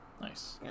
Nice